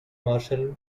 marshall